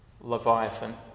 Leviathan